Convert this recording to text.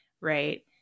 right